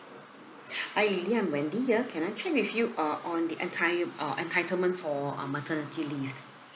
hi dey I'm wendy here can I check with you uh on the enti~ uh entitlement for um maternity leave